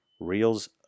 Reels